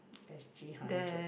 S_G hundred